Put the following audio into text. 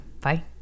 Bye